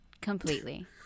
Completely